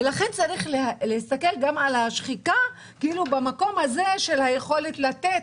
לכן צריך להסתכל גם על השחיקה במקום הזה של היכולת לתת,